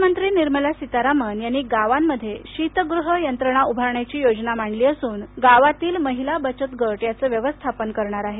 अर्थमंत्री निर्मला सीतारामन यांनी गावांमध्ये शीतगृह यंत्रणा उभारण्याची योजना मांडली असून गावातील महिला बचत गट याचं व्यवस्थापन करणार आहेत